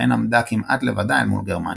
בהן עמדה כמעט לבדה אל מול גרמניה.